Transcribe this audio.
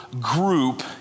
group